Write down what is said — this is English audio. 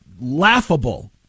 laughable